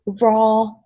raw